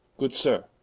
good sir,